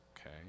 okay